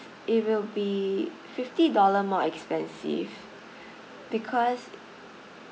it will be fifty dollar more expensive because